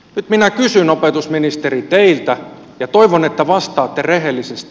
nyt minä kysyn opetusministeri teiltä ja toivon että vastaatte rehellisesti